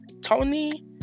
Tony